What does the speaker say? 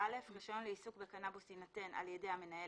25ב.(א)רישיון לעיסוק בקנאבוס יינתן על ידי המנהל,